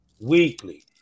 weekly